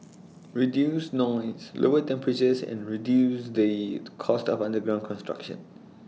reduce noise lower temperatures and reduce the cost of underground construction